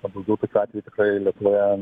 o daugiau tokių atvejų tikrai lietuvoje